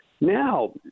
Now